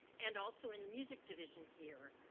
and also in the music division here.